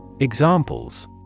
Examples